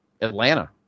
Atlanta